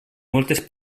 moltes